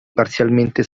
parzialmente